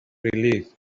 relieved